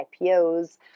IPOs